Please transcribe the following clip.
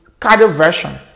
cardioversion